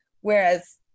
Whereas